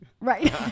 Right